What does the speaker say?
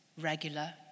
regular